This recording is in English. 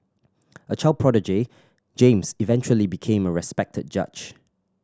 a child prodigy James eventually became a respected judge